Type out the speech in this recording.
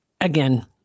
Again